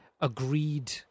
agreed